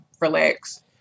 relax